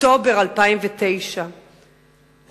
אוקטובר 2009,